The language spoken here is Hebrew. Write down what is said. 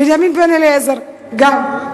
בנימין בן-אליעזר גם.